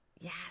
Yes